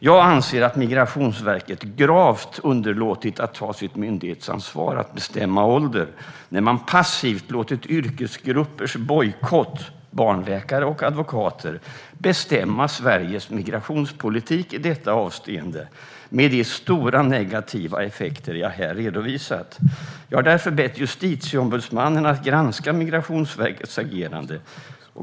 Jag anser att Migrationsverket gravt har underlåtit att ta sitt myndighetsansvar att bestämma ålder när man passivt har låtit bojkotten från yrkesgrupperna barnläkare och advokater bestämma Sveriges migrationspolitik i detta avseende med de stora negativa effekter jag här redovisat. Jag har därför bett Justitieombudsmannen att granska Migrationsverkets agerande.